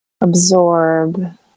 absorb